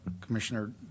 Commissioner